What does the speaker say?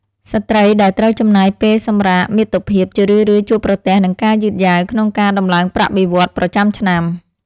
ស្ត្រីដែលត្រូវចំណាយពេលសម្រាកមាតុភាពជារឿយៗជួបប្រទះនឹងការយឺតយ៉ាវក្នុងការតម្លើងប្រាក់បៀវត្សរ៍ប្រចាំឆ្នាំ។